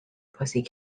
pussy